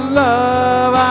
love